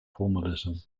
formalism